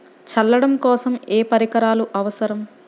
చల్లడం కోసం ఏ పరికరాలు అవసరం?